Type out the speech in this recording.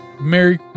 Merry